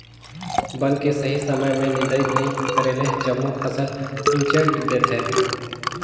बन के सही समय में निदंई नई करेले जम्मो फसल ईचंट देथे